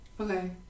Okay